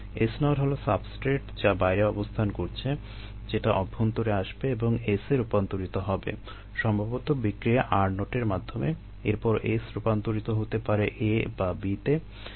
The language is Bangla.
So হলো সাবস্ট্রেট যা বাইরে অবস্থান করছে যেটা অভ্যন্তরে আসবে এবং S এ রূপান্তরিত হবে সম্ভবত বিক্রিয়া ro এর মাধ্যমে এরপর S রূপান্তরিত হতে পারে A বা B তে